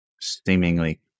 seemingly